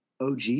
OG